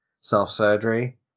Self-Surgery